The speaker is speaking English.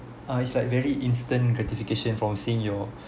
ah it's like very instant gratification from seeing your